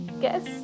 guess